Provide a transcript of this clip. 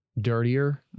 dirtier